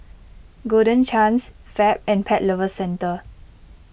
Golden Chance Fab and Pet Lovers Centre